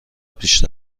پیش